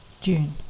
june